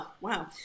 wow